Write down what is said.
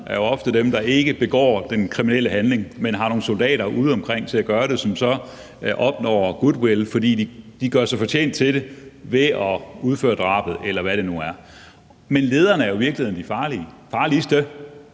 er dem, der ikke begår den kriminelle handling, men har nogle soldater udeomkring til at gøre det, som så opnår goodwill, fordi de gør sig fortjent til det ved at udføre drabet, eller hvad det nu er. Men lederne er jo i virkeligheden de farligste, fordi lederne